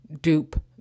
dupe